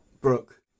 Brooke